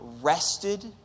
rested